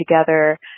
together